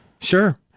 Sure